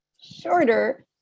shorter